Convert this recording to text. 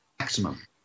Maximum